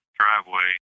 driveway